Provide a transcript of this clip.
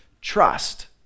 trust